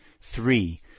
Three